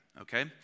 okay